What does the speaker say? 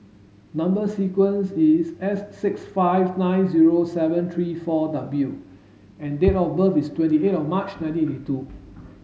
number sequence is S six five nine zero seven three four W and date of birth is twenty eight of March nineteen eighty two